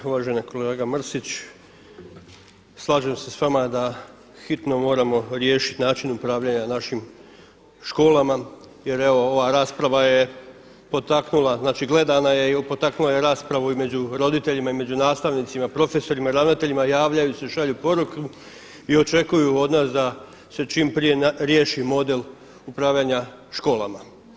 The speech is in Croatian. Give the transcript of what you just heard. Uvaženi kolega Mrsić, slažem se s vama da hitno moramo riješiti način upravljanja našim školama jer evo ova rasprava je potaknula, znači gledana je i potaknula je raspravu među roditeljima i nastavnicima, i među profesorima i ravnateljima, javljaju se, šalju poruke i očekuju od nas da se čim prije riješi model upravljanja školama.